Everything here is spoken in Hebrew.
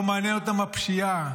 לא מעניינת אותם הפשיעה.